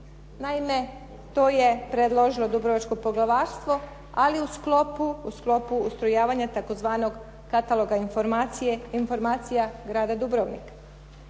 Naime, to je predložilo Dubrovačko poglavarstvo ali u sklopu ustrojavanja tzv. kataloga informacija Grada Dubrovnika.